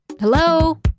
Hello